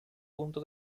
punto